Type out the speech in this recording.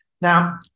now